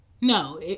No